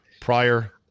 prior